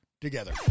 together